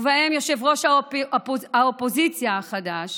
ובהם יושב-ראש האופוזיציה החדש